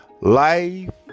Life